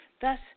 Thus